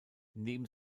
neben